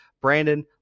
Brandon